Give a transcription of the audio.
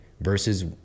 versus